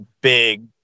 big